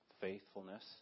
faithfulness